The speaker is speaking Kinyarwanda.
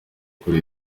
kuri